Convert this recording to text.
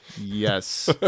Yes